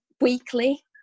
weekly